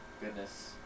Goodness